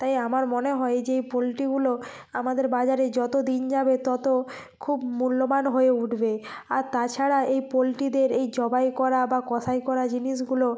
তাই আমার মনে হয় যে এই পোলট্রিগুলো আমাদের বাজারে যতদিন যাবে তত খুব মূল্যবান হয়ে উঠবে আর তাছাড়া এই পোলট্রিদের এই জবাই করা বা কষাই করা জিনিসগুলো